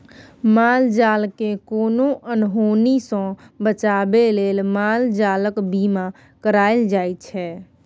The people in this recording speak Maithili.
माल जालकेँ कोनो अनहोनी सँ बचाबै लेल माल जालक बीमा कराएल जाइ छै